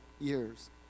years